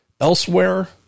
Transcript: Elsewhere